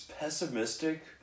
pessimistic